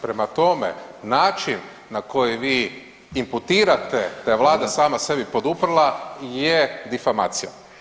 Prema tome, način na koji vi imputirate da je Vlada sama sebi poduprla je difamacija.